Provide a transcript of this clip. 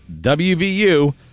WVU